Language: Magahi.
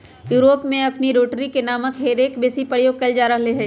यूरोप में अखनि रोटरी रे नामके हे रेक बेशी प्रयोग कएल जा रहल हइ